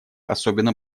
особенно